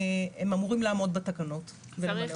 הם אמורים לעמוד בתקנות ולמלא אותן.